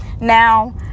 Now